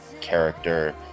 character